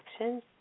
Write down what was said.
actions